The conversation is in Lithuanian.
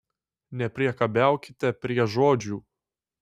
nepriekabiaukite prie žodžių